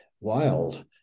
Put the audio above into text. wild